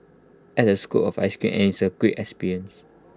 add A scoop of Ice Cream and it's A great experience